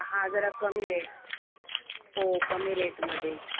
हां जरा कमी रेट हो कमी रेटमध्येच